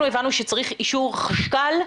אנחנו הבנו שצריך אישור חשכ"ל,